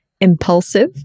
impulsive